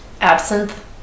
absinthe